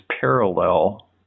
parallel